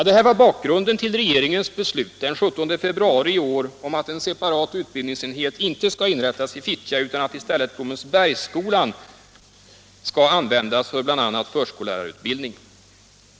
Det här var bakgrunden till regeringens beslut den 17 februari i år om att en separat utbildningsenhet inte skall inrättas i Fittja utan att i stället Blommensbergsskolan skall användas för bl.a. förskollärarutbildning.